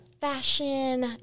fashion